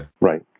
Right